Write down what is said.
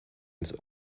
ins